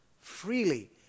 freely